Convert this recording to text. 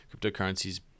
cryptocurrencies